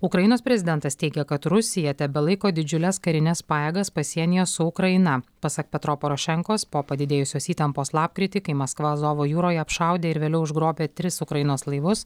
ukrainos prezidentas teigia kad rusija tebelaiko didžiules karines pajėgas pasienyje su ukraina pasak petro porošenkos po padidėjusios įtampos lapkritį kai maskva azovo jūroje apšaudė ir vėliau užgrobė tris ukrainos laivus